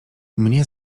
mnie